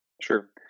Sure